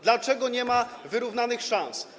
Dlaczego nie ma wyrównanych szans?